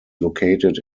located